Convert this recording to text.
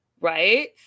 right